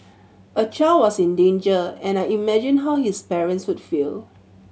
a child was in danger and I imagined how his parents would feel